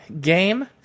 game